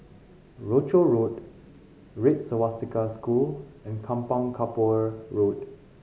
Rochor Road Red Swastika School and Kampong Kapor Road